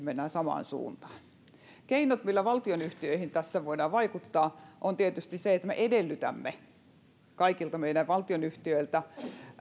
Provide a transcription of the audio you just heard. mennään samaan suuntaan keino millä valtionyhtiöihin tässä voidaan vaikuttaa on tietysti se että me edellytämme kaikilta meidän valtionyhtiöiltämme